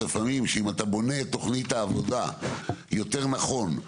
שאם אתה בונה את תכנית העבודה יותר נכון,